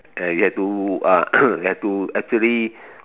ya you have to have to actually